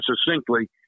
succinctly